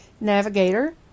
Navigator